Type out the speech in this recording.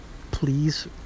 please